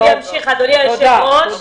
אוקיי, אמשיך אדוני היושב-ראש.